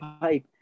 pipe